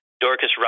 Dorcas